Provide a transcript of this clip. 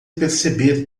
perceber